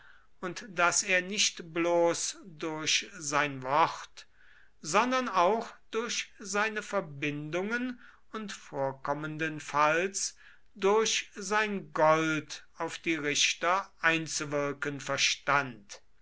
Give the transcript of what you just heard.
und daß er nicht bloß durch sein wort sondern auch durch seine verbindungen und vorkommenden falls durch sein gold auf die richter einzuwirken verstand